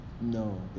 No